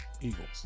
Eagles